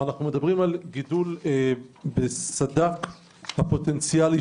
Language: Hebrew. אנחנו מדברים על גידול בסד"כ הפוטנציאלי